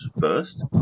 first